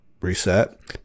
Reset